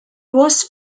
was